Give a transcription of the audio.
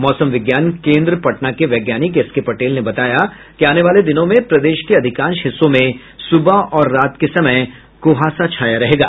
मौसम विज्ञान केंद्र पटना के वैज्ञानिक एस के पटेल ने बताया कि आने वाले दिनों में प्रदेश के अधिकांश हिस्सों में सुबह और रात के समय कुहासा छाया रहेगा